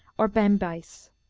or bambyce.